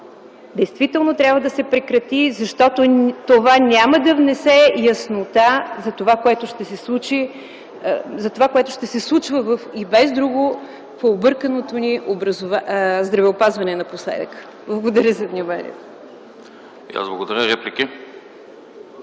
действително трябва да се прекрати, защото няма да внесе яснота за това, което ще се случва в обърканото ни здравеопазване напоследък. Благодаря за вниманието.